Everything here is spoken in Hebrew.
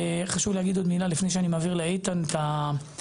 חשוב להגיד עוד מילה לפני שאני מעביר לאיתן את השרביט,